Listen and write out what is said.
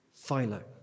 Philo